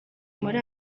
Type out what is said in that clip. muri